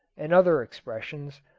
and other expressions,